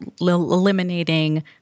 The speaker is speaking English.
eliminating